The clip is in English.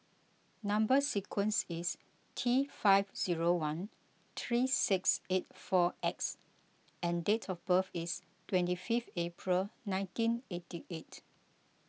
Number Sequence is T five zero one three six eight four X and date of birth is twenty fifth April nineteen eighty eight